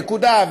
נקודה,